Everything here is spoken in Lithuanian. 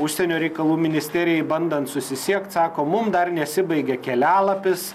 užsienio reikalų ministerijai bandant susisiekt sako mum dar nesibaigė kelialapis